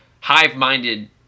hive-minded